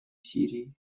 сирии